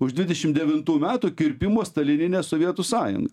už dvidešim devintų metų kirpimo stalininę sovietų sąjungą